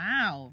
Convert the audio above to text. Wow